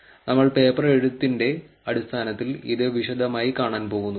ഇപ്പോൾ നമ്മൾ പേപ്പർ എഴുത്തിന്റെ അടിസ്ഥാനത്തിൽ ഇത് വിശദമായി കാണാൻ പോകുന്നു